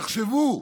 תחשבו,